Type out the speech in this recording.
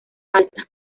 altas